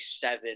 seven